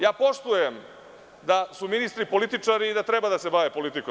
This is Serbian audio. Ja poštujem da su ministri političari i da treba da se bave politikom.